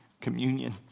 communion